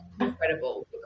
incredible